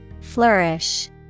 Flourish